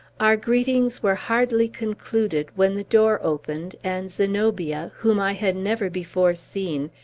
our greetings were hardly concluded when the door opened, and zenobia whom i had never before seen,